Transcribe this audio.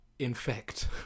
Infect